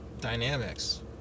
dynamics